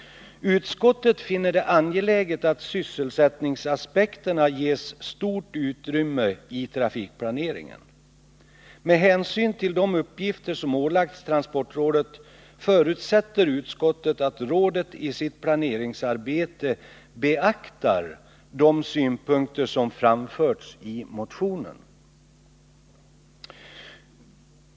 Utskottet finner det angeläget att sysselsättningsaspekterna ges stort utrymme i trafikplaneringen. Med hänsyn till de uppgifter som ålagts transportrådet förutsätter utskottet att rådet i sitt planeringsarbete beaktar de synpunkter som framförts i motionen.